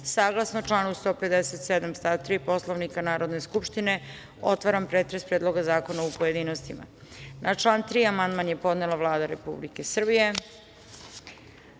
saglasno članu 157. stav 3. Poslovnika Narodne skupštine otvaram pretres Predloga zakona u pojedinostima. Na član 3. amandman je podnela Vlada Republike Srbije. Niko